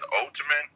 ultimate